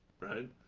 right